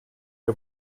are